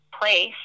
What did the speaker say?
place